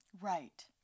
Right